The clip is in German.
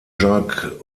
jacques